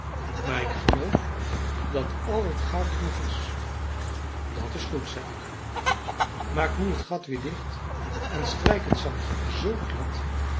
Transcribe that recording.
maar ik geloof dat al het goud er nog is dat is goed zei akka maak nu het gat weer dicht en strijk het zand zoo glad